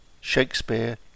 Shakespeare